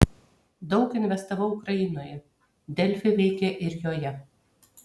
daug investavau ukrainoje delfi veikia ir joje